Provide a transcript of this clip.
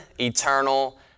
eternal